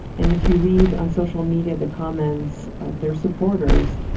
and if you read on social media the comments of their supporters,